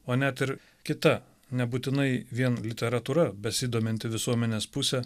o net ir kita nebūtinai vien literatūra besidominti visuomenės pusė